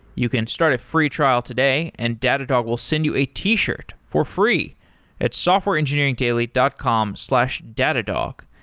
you can start a free trial today and datadog will send you a t shirt for free at softwareengineeringdaily dot com slash datadog.